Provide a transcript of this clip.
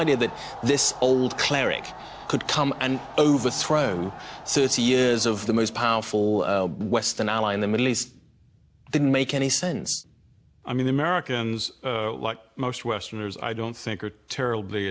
idea that this whole cleric could come and overthrow thirty years of the most powerful western ally in the middle east didn't make any sense i mean americans like most westerners i don't think are terribly